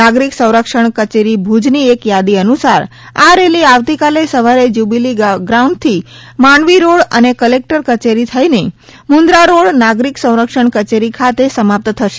નાગરિક સંરક્ષણ કચેરી ભુજ ની એક થાદી અનુસાર આ રેલી આવતીકાલે સવારે જ્યુબિલી ગ્રાઉન્ઠ થી માંડવી રોડ અને કલેકટર કચેરી થઈને મુન્દ્રા રોડ નાગરિક સંરક્ષણ કચેરી ખાતે સમાપ્ત થશે